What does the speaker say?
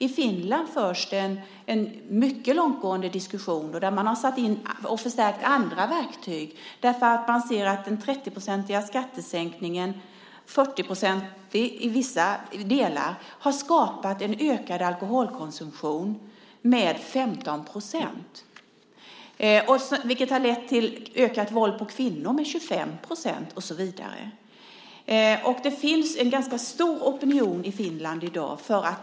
I Finland förs det en mycket långtgående diskussion där man har satt in och förstärkt andra verktyg för att man ser att den 30-procentiga skattesänkningen - 40-procentig i vissa delar - har ökat alkoholkonsumtionen med 15 %. Det har lett till att våldet mot kvinnor ökat med 25 %, och så vidare. Det finns en ganska stor opinion i Finland.